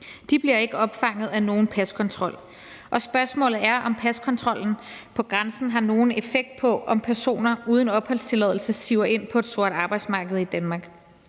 De bliver ikke opfanget af nogen paskontrol, og spørgsmålet er, om paskontrollen på grænsen har nogen effekt på, om personer uden opholdstilladelse siver ind på et sort arbejdsmarked i Danmark.